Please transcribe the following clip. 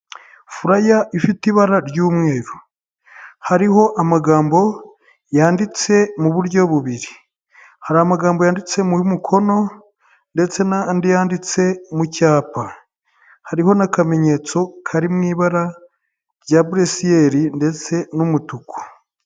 Furaya ifite ibara ry'umweru hariho amagambo yanditse mu buryo bubiri, hari amagambo yanditse mu mukono ndetse n'andi yanditse mu cyapa, hariho n'akamenyetso kari mu ibara rya burusiyeri ndetse n'umutuku.